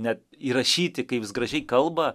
net įrašyti kaip jis gražiai kalba